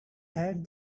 had